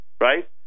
Right